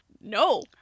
no